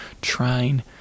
trying